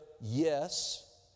yes